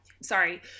sorry